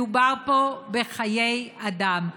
מדובר פה בחיי אדם.